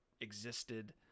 existed